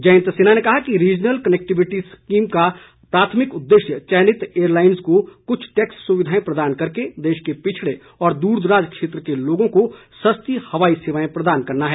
जयन्त सिन्हा ने कहा कि रीजनल कनेक्टिविटी स्कीम का प्राथमिक उद्देश्य चयनित एयरलाइन्स को कुछ टैक्स सुविधाएं प्रदान करके देश के पिछड़े व दूरदराज क्षेत्रों के लोगों को सस्ती हवाई सेवायें प्रदान करना है